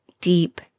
deep